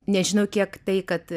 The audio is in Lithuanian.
nežinau kiek tai kad